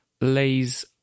lays